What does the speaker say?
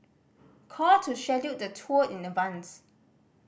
call to schedule the tour in advance